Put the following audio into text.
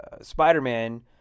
Spider-Man